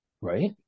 Right